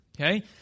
Okay